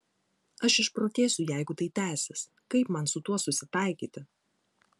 aš išprotėsiu jeigu tai tęsis kaip man su tuo susitaikyti